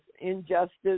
injustice